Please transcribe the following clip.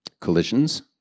collisions